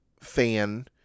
fan